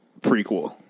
prequel